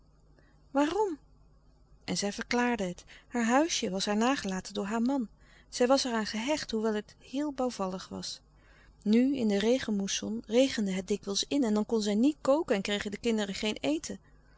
waarom en zij verklaarde het haar huisje was haar nagelaten door haar man zij was er aan gehecht hoewel het heel bouwvallig was nu in de regenmoesson regende het dikwijls in en dan kon zij niet kooken en kregen de kinderen louis couperus de stille kracht geen eten